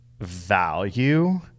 value